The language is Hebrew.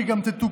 שהיא גם תתוקן.